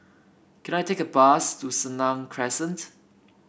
can I take a bus to Senang Crescent